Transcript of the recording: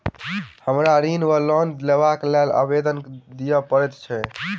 हमरा ऋण वा लोन लेबाक लेल आवेदन दिय पड़त की?